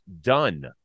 done